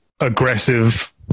aggressive